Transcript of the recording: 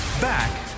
Back